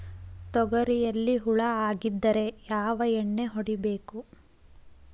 ತೊಗರಿಯಲ್ಲಿ ಹುಳ ಆಗಿದ್ದರೆ ಯಾವ ಎಣ್ಣೆ ಹೊಡಿಬೇಕು?